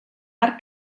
art